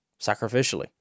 Sacrificially